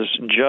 judge